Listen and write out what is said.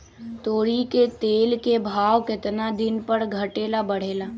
तोरी के तेल के भाव केतना दिन पर घटे ला बढ़े ला?